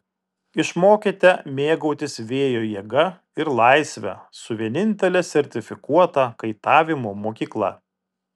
išmokite mėgautis vėjo jėga ir laisve su vienintele sertifikuota kaitavimo mokykla